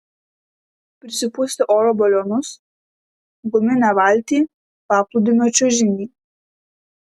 prisipūsti oro balionus guminę valtį paplūdimio čiužinį